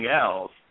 else